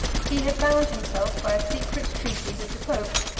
he had bound himself by a secret treaty with the pope,